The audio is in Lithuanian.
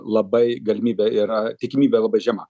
labai galimybė yra tikimybė labai žema